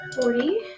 Forty